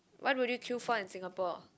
why would you queue for in Singapore